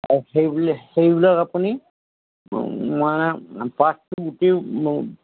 আৰু সেইবুলি সেইবিলাক আপুনি মানে পাঠটো গোটেই